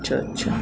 আচ্ছা আচ্ছা